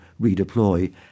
redeploy